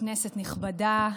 כנסת נכבדה,